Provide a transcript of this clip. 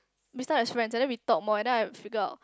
miss that experience and then we talk more and then I figure out